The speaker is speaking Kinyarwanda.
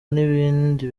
n’ibindi